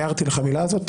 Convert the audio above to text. הערתי לך על המילה הזאת.